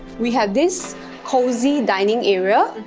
we have this cozy dining area.